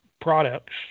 products